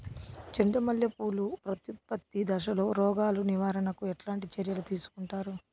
చెండు మల్లె పూలు ప్రత్యుత్పత్తి దశలో రోగాలు నివారణకు ఎట్లాంటి చర్యలు తీసుకుంటారు?